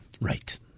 Right